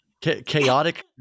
chaotic